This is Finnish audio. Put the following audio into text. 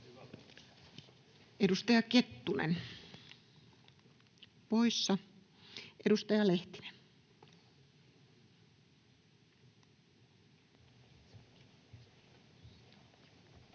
Edustaja Kettunen poissa. — Edustaja Lehtinen.